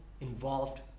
involved